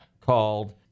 called